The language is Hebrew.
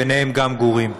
בהם גם גורים.